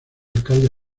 alcalde